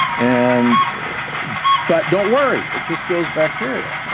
and but don't worry, it just kills bacteria